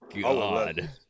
god